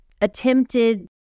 attempted